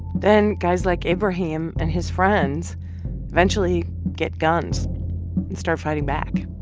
then guys like ibrahim and his friends eventually get guns and start fighting back,